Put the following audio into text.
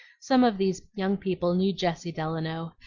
some of these young people knew jessie delano,